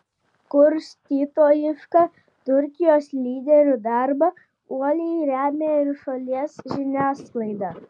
kurstytojišką turkijos lyderių darbą uoliai remia ir šalies žiniasklaida